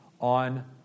On